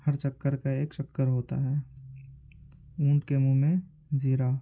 ہر چکر کا ایک چکر ہوتا ہے اونٹ کے منہ میں زیرا